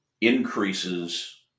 increases